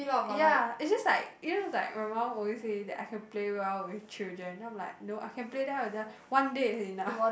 ya it's just like you know is like my mum always say that I can play well with children then I'm like no I can play well with them but one day is enough